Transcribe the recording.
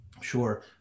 Sure